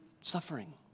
suffering